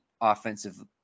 offensive